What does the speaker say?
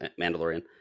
Mandalorian